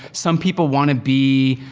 some people wanna be